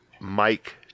Mike